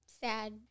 sad